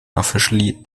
officially